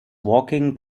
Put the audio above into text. walking